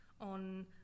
on